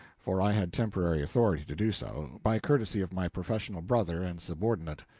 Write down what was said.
for i had temporary authority to do so, by courtesy of my professional brother and subordinate.